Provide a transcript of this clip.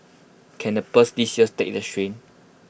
can the purse this year take the strain